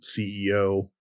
CEO